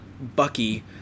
Bucky